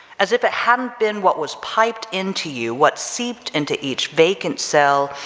as if it hadn't been what was piped into you, what seeped into each vacant cell,